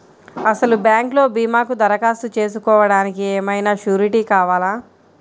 అసలు బ్యాంక్లో భీమాకు దరఖాస్తు చేసుకోవడానికి ఏమయినా సూరీటీ కావాలా?